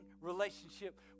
relationship